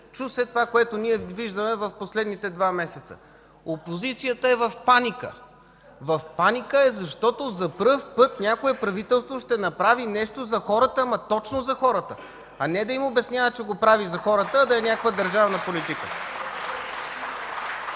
на народния представител Мая Манолова.) Опозицията е в паника. В паника е, защото за пръв път някое правителство ще направи нещо за хората, ама точно за хората, а не да им обяснява, че го прави за хората, а да е някаква държавна политика.